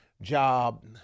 job